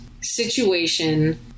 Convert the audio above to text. situation